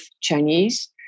Chinese